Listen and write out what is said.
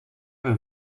een